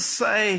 say